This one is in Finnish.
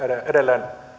edelleen